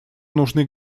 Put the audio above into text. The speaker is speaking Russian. нужны